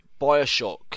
Bioshock